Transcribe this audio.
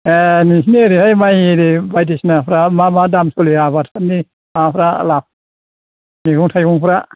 नोंसोरनि एरैहाय माइ आरि बायदिसानाफ्रा मा मा दाम सोलियो आबादफोरनि माबाफ्रा मैगं थाइगंफ्रा